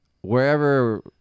wherever